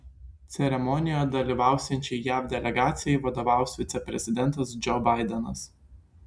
ceremonijoje dalyvausiančiai jav delegacijai vadovaus viceprezidentas džo baidenas